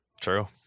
true